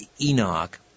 Enoch